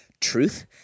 truth